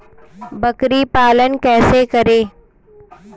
बकरी पालन कैसे करें?